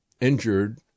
injured